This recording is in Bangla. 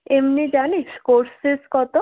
এমনি জানিস কোর্স ফিস কত